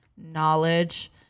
knowledge